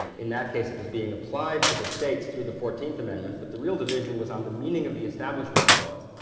that case, it was being applied to the states through the fourteenth amendment, but the real division was on the meaning of the establishment clause,